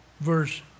verse